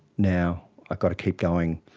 now i've got to keep going,